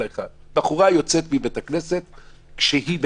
בחורה יוצאת מבית הכנסת בחג.